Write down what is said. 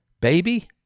baby